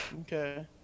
Okay